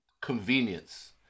convenience